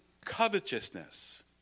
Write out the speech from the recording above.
covetousness